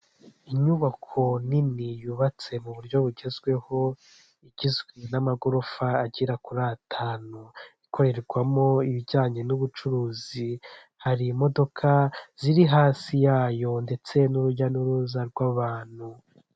Inyubako nini yubatse mu buryo bugezweho, igizwe n'amagorofa agera kuri atanu, ikorerwamo ibijyanye n'ubucuruzi, hari imodoka ziri hasi yayo ndetse n'urujya n'uruza rw'abantu.